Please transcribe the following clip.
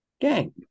gang